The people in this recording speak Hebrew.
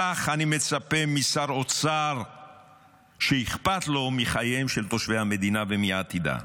כך אני מצפה משר אוצר שאכפת לו מחייהם של תושבי המדינה ומעתידה.